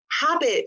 Habit